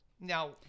now